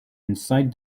inside